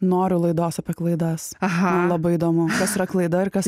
noriu laidos apie klaidas aha labai įdomu kas yra klaida ir kas